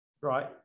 right